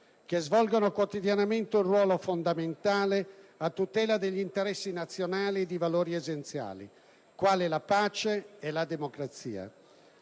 che svolgono quotidianamente un ruolo fondamentale a tutela degli interessi nazionali e di valori essenziali, quali la pace e la democrazia.